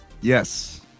yes